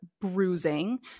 bruising